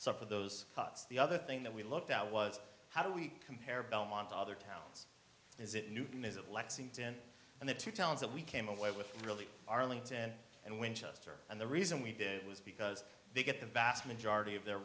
of those cuts the other thing that we looked at was how do we compare belmont to other towns is it newton is at lexington and the two towns that we came away with really arlington and winchester and the reason we did it was because they get the vast majority of their